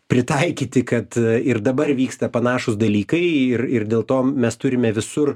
pritaikyti kad ir dabar vyksta panašūs dalykai ir ir dėl to mes turime visur